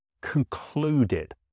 concluded